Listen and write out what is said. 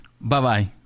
Bye-bye